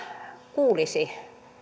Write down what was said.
kuulisi